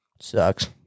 sucks